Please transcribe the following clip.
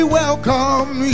welcome